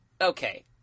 okay